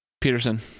peterson